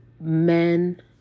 men